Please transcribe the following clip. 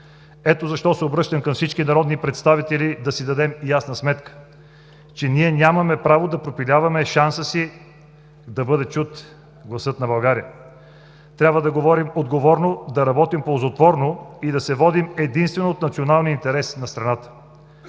Ето защо се обръщам към всички народни представители да си дадем ясна сметка, че ние нямаме право да пропиляваме шанса си да бъде чут гласът на България. Трябва да говорим отговорно, да работим ползотворно и да се водим единствено от националния интерес на страната.